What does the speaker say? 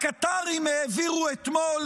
הקטרים העבירו אתמול